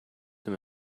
him